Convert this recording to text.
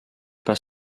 pas